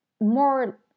more